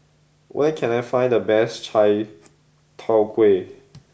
where can I find the best Chai Tow Kuay